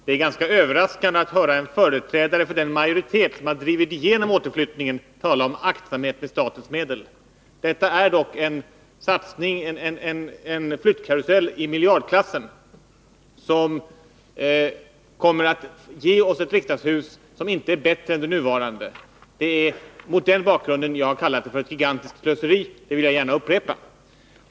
Fru talman! Det är ganska överraskande att höra en företrädare för den majoritet som har drivit igenom återflyttningen tala om aktsamhet med statens medel. Detta är dock en satsning, en flyttkarusell i miljardklassen, som kommer att ge oss ett riksdagshus som inte är bättre än det nuvarande. Det är mot den bakgrunden jag har kallat det för ett gigantiskt slöseri. Och det vill jag gärna upprepa.